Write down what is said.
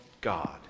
God